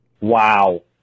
Wow